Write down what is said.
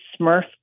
Smurf